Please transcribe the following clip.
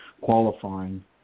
qualifying